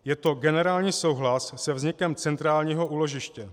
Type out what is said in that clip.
Je to generální souhlas se vznikem centrálního úložiště.